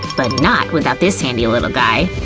but not without this handy little guy!